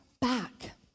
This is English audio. back